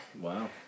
Wow